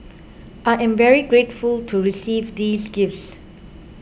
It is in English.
I am very grateful to receive these gifts